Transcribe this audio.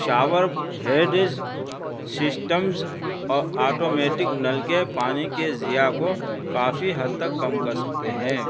shower heads systems اور automatic نل کے پانی کے ضیاع کو کافی حد تک کم کر سکتے ہیں